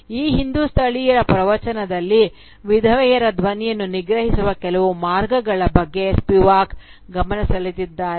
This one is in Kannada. ಈ ಹಿಂದೂ ಸ್ಥಳೀಯರ ಪ್ರವಚನದಲ್ಲಿ ವಿಧವೆಯರ ಧ್ವನಿಯನ್ನು ನಿಗ್ರಹಿಸುವ ಹಲವು ಮಾರ್ಗಗಳ ಬಗ್ಗೆ ಸ್ಪಿವಾಕ್ ಗಮನಸೆಳೆದಿದ್ದಾರೆ